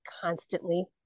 constantly